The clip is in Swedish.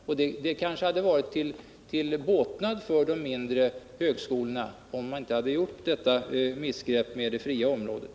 Det hade möjligen varit till båtnad för de mindre högskolorna, om man inte gjort detta missgrepp med det fria området.